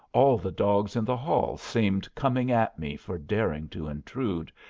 all the dogs in the hall seemed coming at me for daring to intrude,